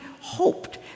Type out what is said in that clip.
hoped